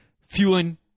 fueling